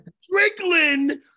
Strickland